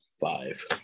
Five